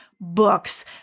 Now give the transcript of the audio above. books